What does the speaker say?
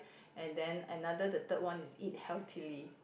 and then another the third one is eat healthily